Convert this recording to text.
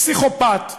פסיכופת נלוז,